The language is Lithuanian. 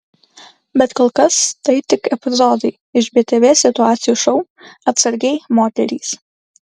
bet kol kas tai tik epizodai iš btv situacijų šou atsargiai moterys